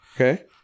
Okay